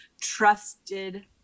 trusted